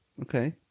Okay